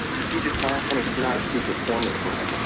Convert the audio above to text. strategic planning and is not a secret formula, brett.